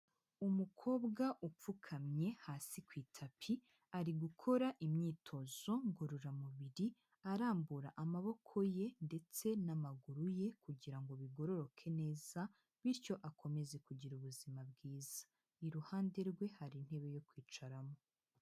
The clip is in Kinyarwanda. Umukobwa upfukamye hasi ku itapi, ari gukora imyitozo ngororamubiri arambura amaboko ye ndetse n'amaguru ye kugira ngo bigororoke neza, bityo akomeze kugira ubuzima bwiza, iruhande rwe hari intebe yo kwicaramo.